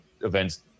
events